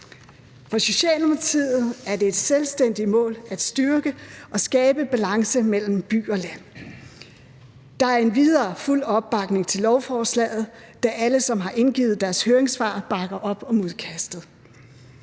For Socialdemokratiet er det et selvstændigt mål at styrke og skabe en balance mellem by og land. Der er endvidere fuld opbakning til lovforslaget, da alle, som har indgivet deres høringssvar, bakker op om udkastet.